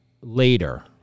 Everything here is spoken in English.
later